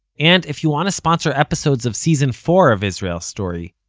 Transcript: and if you want to sponsor episodes of season four of israel story,